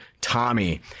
Tommy